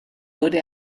wurde